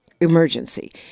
emergency